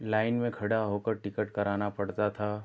line में खड़ा होकर टिकट कराना पड़ता था